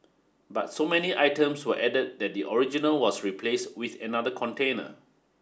but so many items were added that the original was replaced with another container